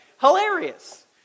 hilarious